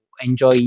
enjoy